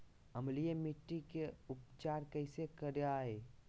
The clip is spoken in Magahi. अम्लीय मिट्टी के उपचार कैसे करियाय?